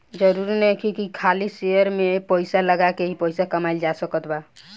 जरुरी नइखे की खाली शेयर में पइसा लगा के ही पइसा कमाइल जा सकत बा